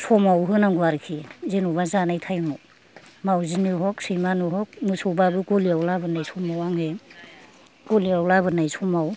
समाव होनांगौ आरोखि जेनबा जानाय टाइमाव मावजिनो हक सैमानो हक मोसौबाबो गलियाव लाबोनाय समाव आङो गलियाव लाबोनाय समाव